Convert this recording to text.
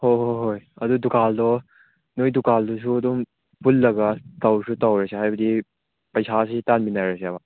ꯍꯣꯏ ꯍꯣꯏ ꯍꯣꯏ ꯑꯗꯨ ꯗꯨꯀꯥꯟꯗꯣ ꯅꯣꯏ ꯗꯨꯀꯥꯟꯗꯨꯁꯨ ꯑꯗꯨꯝ ꯄꯨꯜꯂꯒ ꯇꯧꯔꯁꯨ ꯇꯧꯔꯁꯤ ꯍꯥꯏꯕꯗꯤ ꯄꯩꯁꯥꯁꯤ ꯇꯥꯟꯃꯤꯟꯅꯔꯁꯦꯕ